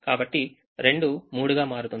కాబట్టి 2 3 గా మారుతుంది